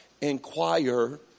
Inquire